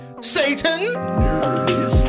Satan